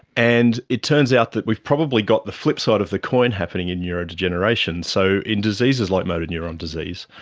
and it turns out that we've probably got the flip side of the coin happening in neurodegeneration. so in diseases like a motor neuron disease,